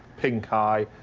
pink eye,